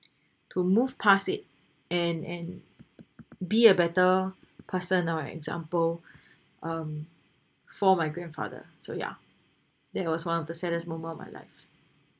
to move past it and and be a better person or example um for my grandfather so yeah that was one of the saddest moment of my life